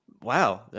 Wow